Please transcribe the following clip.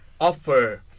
offer